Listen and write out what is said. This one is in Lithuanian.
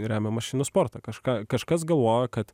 remia mašinų sportą kažką kažkas galvoja kad